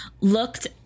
looked